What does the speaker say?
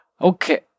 Okay